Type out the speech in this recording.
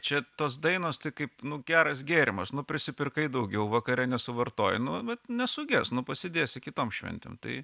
čia tos dainos tai kaip nu geras gėrimas nu prisipirkai daugiau vakare nesuvartoji nu bet nesuges nu pasidėsi kitom šventėm tai